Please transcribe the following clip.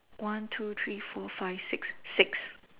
one two three four five six six